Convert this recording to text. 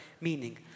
meaning